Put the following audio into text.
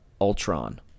Ultron